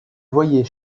voyait